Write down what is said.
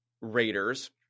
Raiders